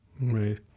Right